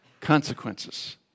consequences